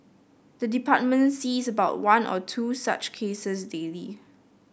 the department sees about one or two such cases daily